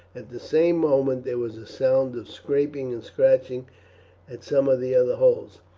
at the same moment there was a sound of scraping and scratching at some of the other holes.